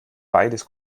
beides